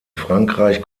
frankreich